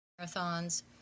marathons